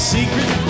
Secret